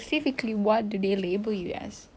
oo soalan yang susah